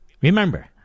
Remember